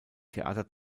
theater